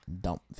dump